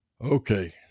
Okay